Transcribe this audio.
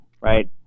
right